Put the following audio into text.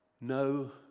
No